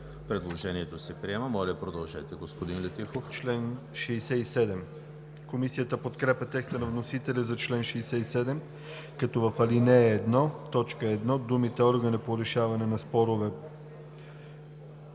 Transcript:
Предложенията се приемат. Моля продължете, господин Летифов.